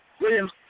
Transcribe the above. Williams